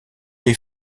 les